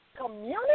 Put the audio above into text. community